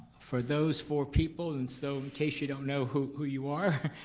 for those four people. and so, in case you don't know who you are,